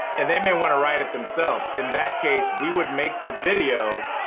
and they may want to write it themselves. in that case, we would make the video,